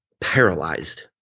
paralyzed